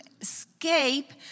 escape